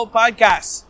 podcast